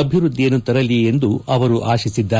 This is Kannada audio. ಅಭಿವೃದ್ಧಿಯನ್ನು ತರಲಿ ಎಂದು ಅವರು ಆಶಿಸಿದ್ದಾರೆ